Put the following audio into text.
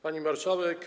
Pani Marszałek!